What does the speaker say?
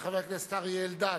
חבר הכנסת אריה אלדד,